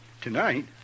tonight